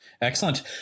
Excellent